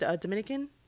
Dominican